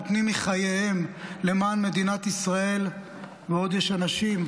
נותנים מחייהם למען מדינת ישראל -- הדרוזים והצ'רקסים.